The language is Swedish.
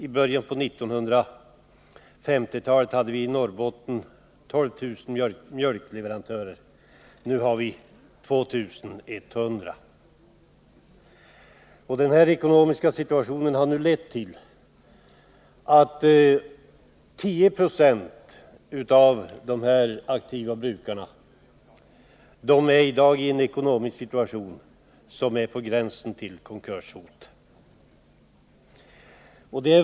I början av 1950-talet hade vi 12 000 mjölkleverantörer i Norrbotten, medan vi nu har endast 2 100. Den här ekonomiska situationen har nu medfört att 10 90 av de aktiva brukarna i dag har en ekonomi som gränsar till konkurs.